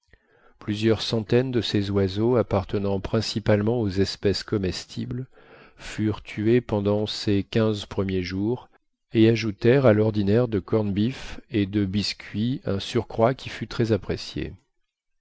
plusieurs centaines de ces oiseaux appartenant principalement aux espèces comestibles furent tuées pendant ces quinze premiers jours et ajoutèrent à l'ordinaire de corn beef et de biscuit un surcroît qui fut très apprécié